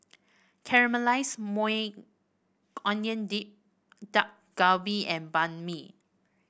Caramelized Maui Onion Dip Dak Galbi and Banh Mi